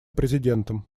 президентом